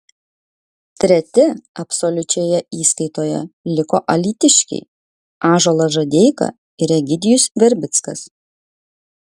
treti absoliučioje įskaitoje liko alytiškiai ąžuolas žadeika ir egidijus verbickas